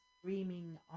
screaming